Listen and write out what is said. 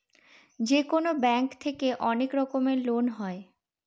যেকোনো ব্যাঙ্ক থেকে অনেক রকমের লোন হয়